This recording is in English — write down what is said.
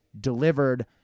delivered